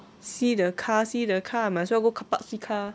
see the car see the car I might as well go carpark see car